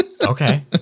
okay